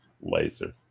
laser